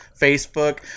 Facebook